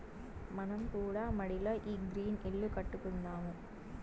మనం కూడా మడిల ఈ గ్రీన్ ఇల్లు కట్టుకుందాము